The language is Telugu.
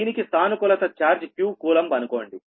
దీనికి సానుకూలత ఛార్జ్ q కూలంబ్ అనుకోండి